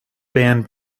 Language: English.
band